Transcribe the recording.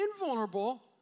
invulnerable